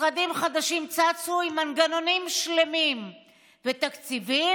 משרדים חדשים צצו עם מנגנונים שלמים ותקציבים,